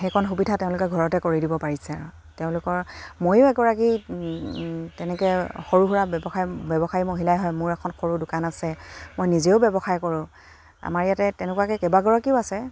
সেইখন সুবিধা তেওঁলোকে ঘৰতে কৰি দিব পাৰিছে তেওঁলোকৰ ময়ো এগৰাকী তেনেকে সৰু সুৰা ব্যৱসায় ব্যৱসায়ী মহিলাই হয় মোৰ এখন সৰু দোকান আছে মই নিজেও ব্যৱসায় কৰোঁ আমাৰ ইয়াতে তেনেকুৱাকে কেইবাগৰাকীও আছে